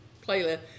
playlist